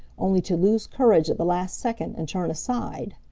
only to lose courage at the last second and turn aside.